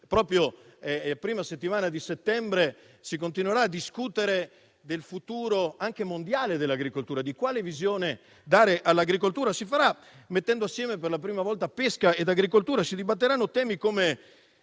proprio la prima settimana di settembre si continuerà a discutere del futuro, anche mondiale, dell'agricoltura, di quale visione dare all'agricoltura. Si farà mettendo assieme per la prima volta pesca e agricoltura; si dibatterà se